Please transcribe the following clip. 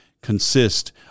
consist